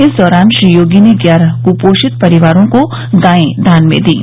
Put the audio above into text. इस दौरान श्री योगी ने ग्यारह कुपोषित परिवारों को गायें दान में दीं